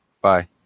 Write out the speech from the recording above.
bye